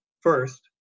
First